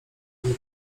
nie